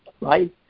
right